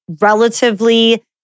relatively